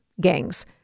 Gangs